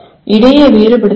இடையே வேறுபடுத்துங்கள்